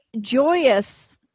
joyous